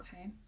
Okay